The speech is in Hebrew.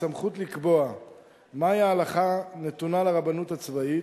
הסמכות לקבוע מהי ההלכה נתונה לרבנות הצבאית.